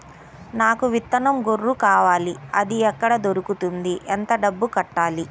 నాకు విత్తనం గొర్రు కావాలి? అది ఎక్కడ దొరుకుతుంది? ఎంత డబ్బులు కట్టాలి?